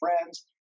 friends